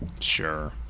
Sure